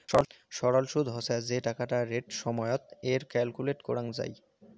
সরল সুদ হসে যে টাকাটা রেট সময়ত এর কর ক্যালকুলেট করাঙ যাই